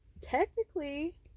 Technically